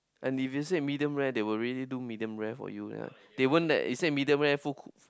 and if you say medium rare they really do medium rare for you leh they won't like you say medium rare full cook